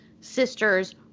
sister's